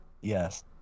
Yes